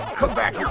come back here,